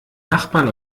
nachbarn